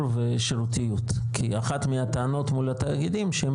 ושירותיות כי אחת מהטענות מול התאגידים היא שהם